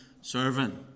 servant